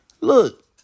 look